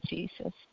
Jesus